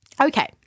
Okay